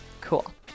Cool